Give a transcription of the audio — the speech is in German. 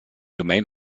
domain